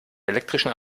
elektrischen